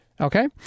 Okay